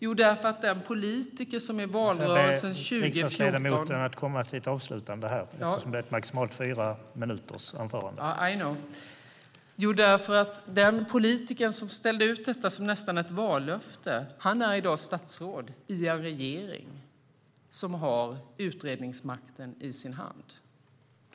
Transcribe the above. Jo, därför att den politiker som i valrörelsen 2014 . I know. Den politiker som nästan ställde ut detta som ett vallöfte är i dag statsråd i en regering som har utredningsmakten i sin hand.